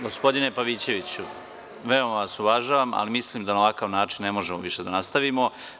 Gospodine Pavićeviću, veoma vas uvažavam ali mislim da na ovakav način ne možemo više da nastavimo.